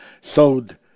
sowed